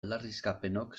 aldarrikapenok